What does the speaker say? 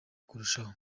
kurushaho